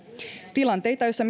tilanteita joissa